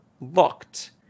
locked